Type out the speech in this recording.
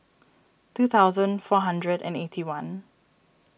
two thousand four hundred and eighty one